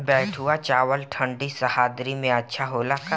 बैठुआ चावल ठंडी सह्याद्री में अच्छा होला का?